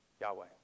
Yahweh